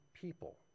people